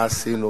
מה עשינו,